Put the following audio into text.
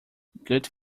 good